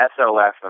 SLF